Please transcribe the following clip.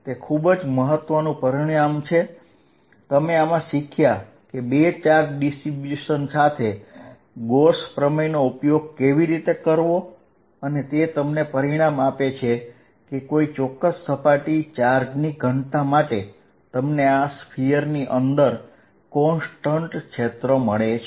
આ ખૂબ જ મહત્વપૂર્ણ પરિણામ છે તમે આમાં શીખ્યા કે બે ચાર્જ ડિસ્ટ્રિબ્યુશન સાથે ગૌસ પ્રમેયનો ઉપયોગ કેવી રીતે કરવો અને તે તમને પરિણામ આપે છે કે કોઈ ચોક્કસ સપાટી ચાર્જની ઘનતા માટે તમને આ ગોળાની અંદર અચળ ક્ષેત્ર મળે છે